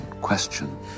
question